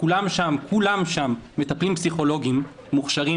שכולם שם מטפלים פסיכולוגים מוכשרים.